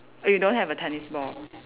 you don't have a tennis ball